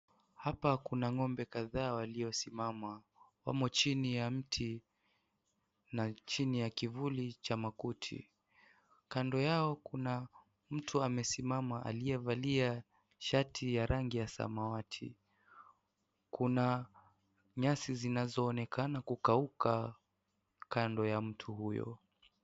Hapa kuna ng'ombe kadhaa waliosimama, wamo chini ya mti na chini ya kivuli cha makuti. Kando yao kuna mtu amesimama aliyevalia shati ya rangi ya samawati, kuna nyasi zinazoonekana kukauka kando ya mtu huyo.